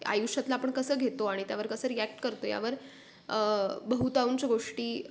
आयुष्यातला आपण कसं घेतो आणि त्यावर कसं रिॲक्ट करतो यावर बहुतांश गोष्टी